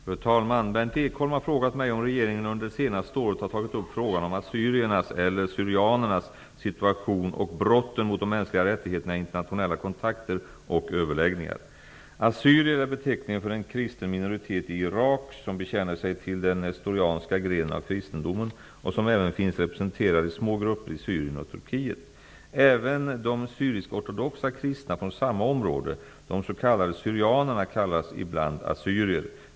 Fru talman! Berndt Ekholm har frågat mig om regeringen under det senaste året har tagit upp frågan om assyriernas, eller syrianernas, situation och brotten mot de mänskliga rättigheterna i internationella kontakter och överläggningar. Assyrier är beteckningen för en kristen minoritet i Irak som bekänner sig till den nestorianska grenen av kristendomen och som även finns representerad i små grupper i Syrien och Turkiet. Även de syriskortodoxa kristna från samma område, de s.k. syrianerna kallas ibland assyrier.